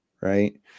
right